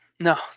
No